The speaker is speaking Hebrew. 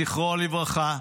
זכרו לברכה,